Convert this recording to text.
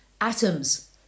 Atoms